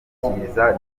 ashyikiriza